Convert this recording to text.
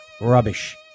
rubbish